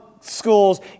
schools